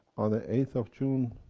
on the eighth of june,